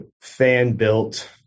fan-built